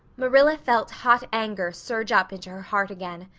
marilla felt hot anger surge up into her heart again.